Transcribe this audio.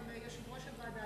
גם יושב-ראש הוועדה,